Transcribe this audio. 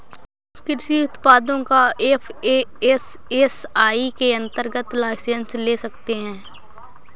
कृषि उत्पादों का एफ.ए.एस.एस.आई के अंतर्गत लाइसेंस ले सकते हैं